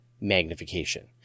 Magnification